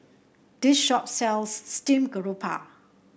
this shop sells Steamed Garoupa